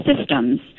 systems